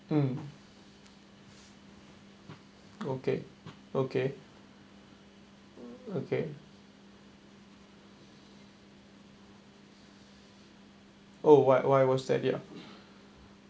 mm okay okay okay oh why why was that ya